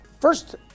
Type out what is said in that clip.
First